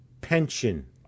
pension